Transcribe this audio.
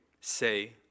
say